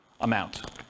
amount